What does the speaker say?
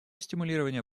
стимулирования